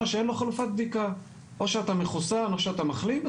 שאין לו חלופת בדיקה או שאתה מחוסן או שאתה מחלים,